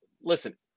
listen